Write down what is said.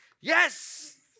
Yes